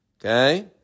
Okay